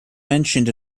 mentioned